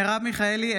מרב מיכאלי,